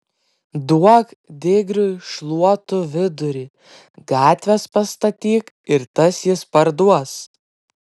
duok digriui šluotų vidury gatvės pastatyk ir tas jis parduos